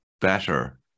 better